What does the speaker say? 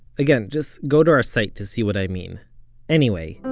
again, just go to our site to see what i mean anyway,